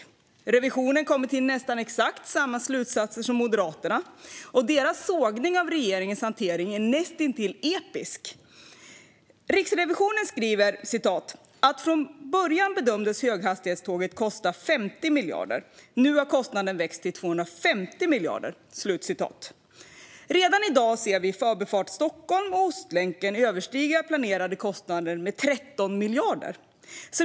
Riksrevisionen kommer fram till nästan exakt samma slutsatser som Moderaterna, och dess sågning av regeringens hantering är näst intill episk. Riksrevisionen skriver att höghastighetståget från början bedömdes kosta 50 miljarder. Nu har kostnaden växt till 250 miljarder. Redan i dag ser vi att Förbifart Stockholm och Ostlänken överstiger planerade kostnader med 13 miljarder.